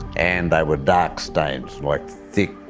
and they were dark stains. like thick